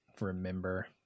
remember